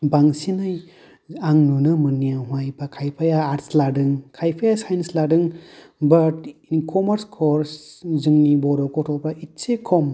बांसिनै आं नुनो मोननायावहाय एबा खायफाया आर्ट्स लादों खायफाया साइन्स लादों एबा कमार्स कर्स जोंनि बर' गथ'फ्रा इसे खम